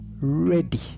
ready